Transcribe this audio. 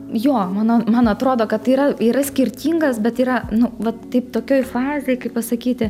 jo mano man atrodo kad tai yra yra skirtingas bet yra nu vat taip tokioj fazėj kaip pasakyti